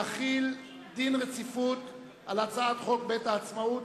להחיל דין רציפות על הצעת חוק בית העצמאות,